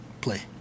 Play